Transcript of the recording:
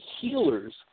healers